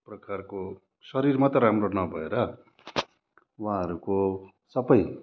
एकप्रकारको शरीर मात्र राम्रो नभएर उहाँहरूको सबै